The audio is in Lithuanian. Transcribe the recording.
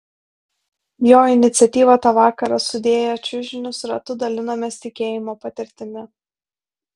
jo iniciatyva tą vakarą sudėję čiužinius ratu dalinomės tikėjimo patirtimi